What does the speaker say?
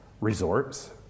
resorts